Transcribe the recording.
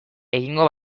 egingo